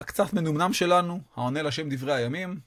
הקצת מנומנם שלנו, העונה לשם דברי הימים.